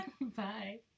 Bye